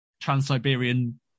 trans-Siberian